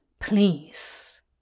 Please